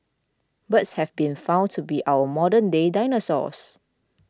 birds have been found to be our modern day dinosaurs